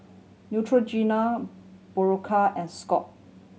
Neutrogena Berocca and Scott